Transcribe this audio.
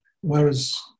Whereas